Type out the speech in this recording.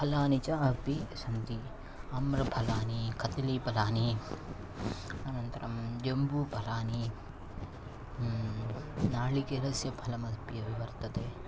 फलानि च अपि सन्ति आम्रफलानि कदलीफलानि अनन्तरं जम्बूफलानि नारिकेलस्य फलमपि वर्तते